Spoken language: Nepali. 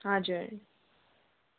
हजुर